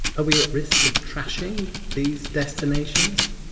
are we at risk of trashing these destinations?